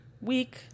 week